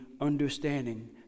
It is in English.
understanding